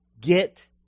Get